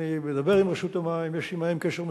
אני מדבר עם רשות המים, יש לי עמם קשר מצוין,